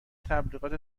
تبلیغات